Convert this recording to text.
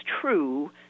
true